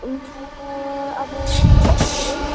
म अब आउँछु छिट्टै